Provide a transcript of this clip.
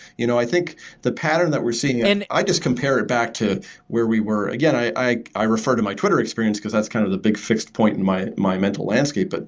you know i think the pattern that we're seeing, and i just compare it back to where we were again, i i refer to my twitter experience because that's kind of the big fixed point in my my mental landscape. but